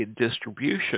distribution